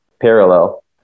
parallel